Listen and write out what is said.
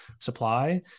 supply